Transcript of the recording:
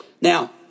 Now